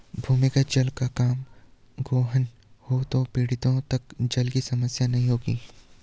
भूमिगत जल का कम गोहन हो तो पीढ़ियों तक जल की समस्या नहीं होगी